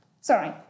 sorry